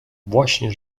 właśnie